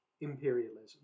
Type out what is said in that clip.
imperialism